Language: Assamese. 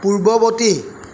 পূৰ্ৱবৰ্তী